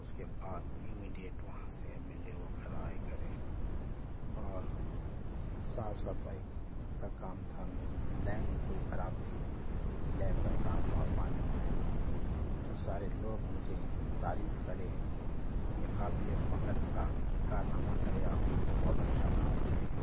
اس کے بعد امیڈیٹ وہاں سے ملنے وغیرہ آئے کرے اور صاف صفائی کا کام تھا لین پوری خراب تھی لین کا کام ہوا پانی آیا تو سارے لوگ مجھے تعریف کرے یہ قابل فخر کا کارنامہ کرے آپ بہت اچھا کام کرے